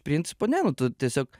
principo ne nu tu tiesiog